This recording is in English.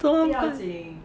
no lah